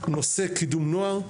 נושא קידום נוער,